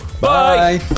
Bye